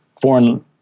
foreign